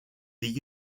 the